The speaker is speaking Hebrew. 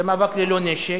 זה מאבק ללא נשק,